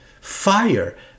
Fire